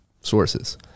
sources